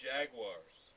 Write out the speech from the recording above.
Jaguars